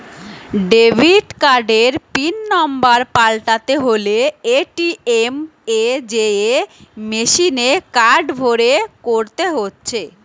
debit কার্ডের pin number পাল্টাতে হলে এ.টি.এম এ যেয়ে মেসিনে কার্ড ভরে করতে হচ্ছে